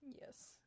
Yes